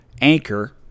Anchor